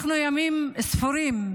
אנחנו ימים ספורים,